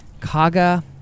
Kaga